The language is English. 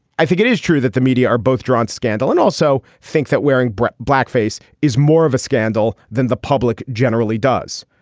i think it is true that the media are both drawn scandal and also thinks that wearing but blackface is more of a scandal than the public generally does